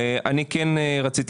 אני רוצה